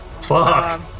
Fuck